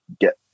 get